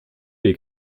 les